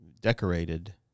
decorated